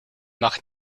mag